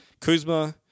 Kuzma